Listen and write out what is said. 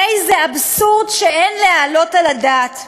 הרי זה אבסורד שאין להעלות על הדעת.